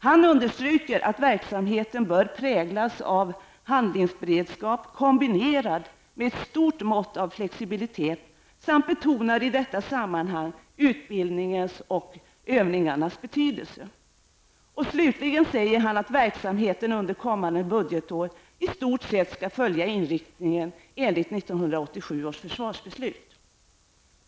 Han understryker att verksamheten bör präglas av handlingsberedskap kombinerad med ett stort mått av flexibilitet samt betonar i detta sammanhang utbildningens och övningarnas betydelse. Slutligen anger han att verksamheten under kommande budgetår i stort sett skall följa inriktningen enligt 1987 års försvarsbeslut.